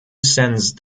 sense